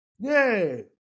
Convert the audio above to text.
Yay